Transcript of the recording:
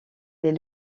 des